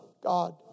God